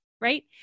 right